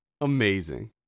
amazing